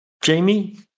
Jamie